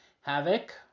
Havoc